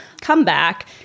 comeback